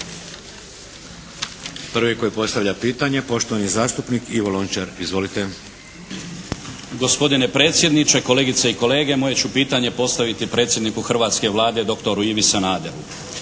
Prvi koji postavlja pitanje poštovani zastupnik Ivo Lončar. Izvolite. **Lončar, Ivan (Nezavisni)** Gospodine predsjedniče, kolegice i kolege. Moje ću pitanje postaviti predsjedniku hrvatske Vlade dr. Ivi Sanaderu.